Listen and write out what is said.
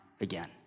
again